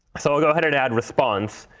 so i'll go ahead and add response,